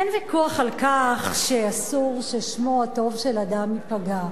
אין ויכוח על כך שאסור ששמו הטוב של אדם ייפגע.